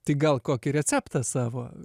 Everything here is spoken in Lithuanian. tai gal kokį receptą savo